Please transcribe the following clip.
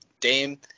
Dame